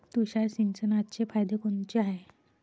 तुषार सिंचनाचे फायदे कोनचे हाये?